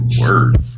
Word